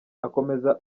akomeza